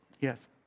Yes